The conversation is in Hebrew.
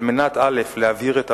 על מנת להבהיר, א.